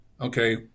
okay